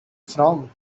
from